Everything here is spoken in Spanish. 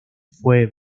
fue